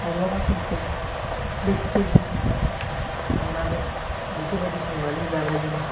माब्लाबा सानसे लोगोफोरजों थांनानै बेफोरबायदि संनानै जालायोबा